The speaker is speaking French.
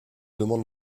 demande